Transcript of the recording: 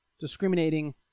discriminating